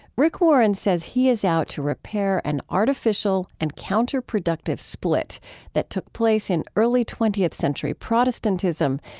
rick warren says he is out to repair an artificial and counterproductive split that took place in early twentieth century protestantism,